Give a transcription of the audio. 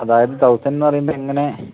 അതായത് തൗസൻ്റെന്ന് പറയുമ്പം എങ്ങനെ